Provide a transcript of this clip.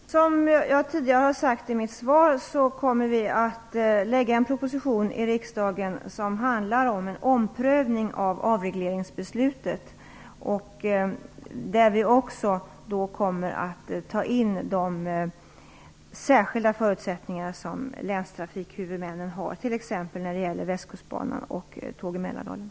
Herr talman! Som jag tidigare har sagt i mitt svar kommer vi att lägga fram en proposition i riksdagen som handlar om en omprövning av avregleringsbeslutet. Vi kommer då också att beakta de särskilda förutsättningar som länstrafikhuvudmännen har, t.ex. när det gäller